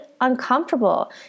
uncomfortable